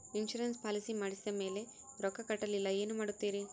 Insurance policy ಮಾಡಿದ ಮೇಲೆ ರೊಕ್ಕ ಕಟ್ಟಲಿಲ್ಲ ಏನು ಮಾಡುತ್ತೇರಿ?